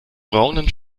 braunen